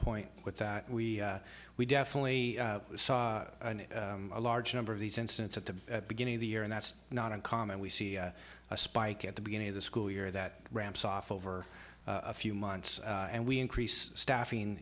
point with that we we definitely saw a large number of these incidents at the beginning of the year and that's not uncommon we see a spike at the beginning of the school year that ramps off over a few months and we increase staffing